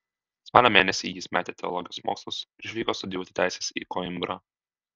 spalio mėnesį jis metė teologijos mokslus ir išvyko studijuoti teisės į koimbrą